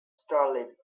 startled